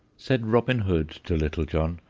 said robin hood to little john,